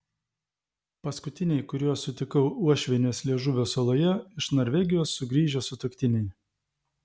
paskutiniai kuriuos sutikau uošvienės liežuvio saloje iš norvegijos sugrįžę sutuoktiniai